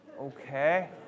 Okay